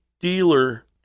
dealer